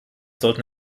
sollten